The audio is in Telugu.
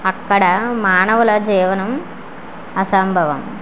అక్కడ మానవుల జీవనం అసంభవం